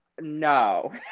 No